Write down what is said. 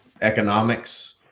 economics